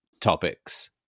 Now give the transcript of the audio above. topics